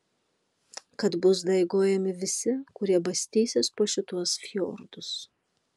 kad bus daigojami visi kurie bastysis po šituos fjordus